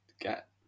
get